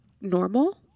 normal